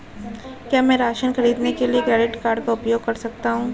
क्या मैं राशन खरीदने के लिए क्रेडिट कार्ड का उपयोग कर सकता हूँ?